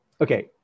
okay